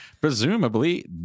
presumably